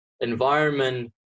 Environment